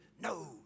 no